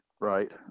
right